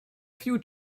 few